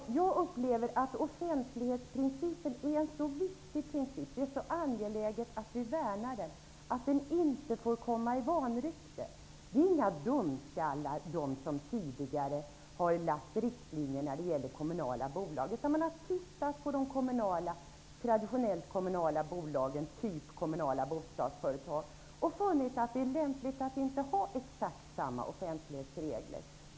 Jag upplever att offentlighetsprincipen är så viktig att den inte får komma i vanrykte. Det är angeläget att vi värnar den. Det är inga dumskallar som tidigare har lagt upp riktlinjerna för de kommunala bolagen. Man har tittat på de traditionellt kommunala bolagen, såsom kommunala bostadsföretag, och funnit att det är lämpligt att inte ha exakt samma offentlighetsregler.